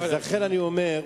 לכן אני אומר,